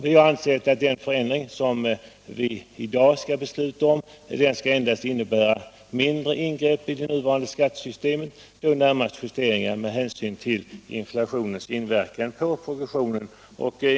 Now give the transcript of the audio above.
Vi har ansett att den förändring, som vi i dag skall besluta om, endast skall innebära ett mindre ingrepp i det nuvarande skattesystemet — närmast justeringar med hänsyn till inflationens inverkan på progressionen.